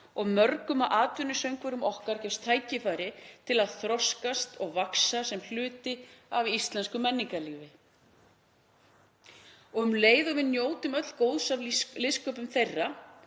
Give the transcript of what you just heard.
og mörgum af atvinnusöngvurum okkar gefst tækifæri til að þroskast og vaxa sem hluti af íslensku menningarlífi og um leið njótum við öll góðs af listsköpun þeirra.